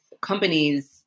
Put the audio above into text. companies